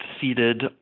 seated